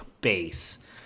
base